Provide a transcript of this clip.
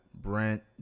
Brent